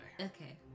okay